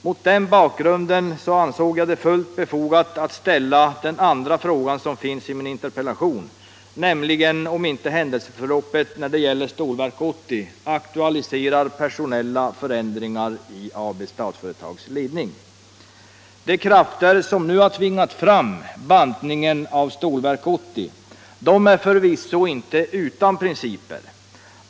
Mot den bakgrunden ansåg jag det fullt befogat att ställa den andra fråga som finns i min interpellation, nämligen om inte händelseförloppet när det gäller Stålverk 80 aktualiserar personella förändringar i Statsföretag AB:s ledning. De krafter som nu har tvingat fram bantningen av Stålverk 80 är förvisso inte utan principer.